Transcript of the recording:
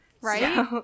Right